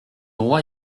roi